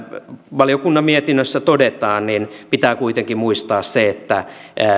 valiokunnan mietinnössä todetaan pitää kuitenkin muistaa se että